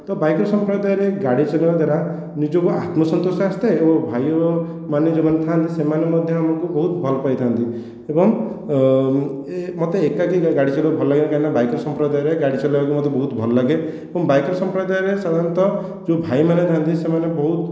ତ ବାଇକର୍ସ ସଂପ୍ରଦାୟରେ ଗାଡ଼ି ଚଲାଇବା ଦ୍ୱାରା ନିଜକୁ ଆତ୍ମସନ୍ତୋଷ ଆସିଥାଏ ଏବଂ ଭାଇମାନେ ଯେଉଁମାନେ ଥାନ୍ତି ସେମାନେ ମଧ୍ୟ ଆମକୁ ବହୁତ ଭଲ ପାଇଥାନ୍ତି ଏବଂ ମୋତେ ଏକାକି ଗାଡ଼ି ଚଳେଇବାକୁ ଭଲ ଲାଗେ କାରଣ ବାଇକର ସମ୍ପ୍ରଦାୟର ଗାଡ଼ି ଚଳେଇବାକୁ ମୋତେ ଭଲ ଲାଗେ ଏବଂ ବାଇକର୍ସ ସଂପ୍ରଦାୟରେ ସାଧାରଣତଃ ଯେଉଁ ଭାଇମାନେ ଥାଆନ୍ତି ସେମାନେ ବହୁତ